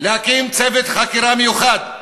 להקים צוות חקירה מיוחד,